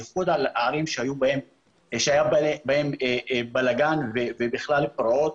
בייחוד הערים שהיה בהם בלגן ובכלל פרעות,